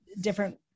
different